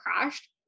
crashed